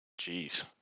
Jeez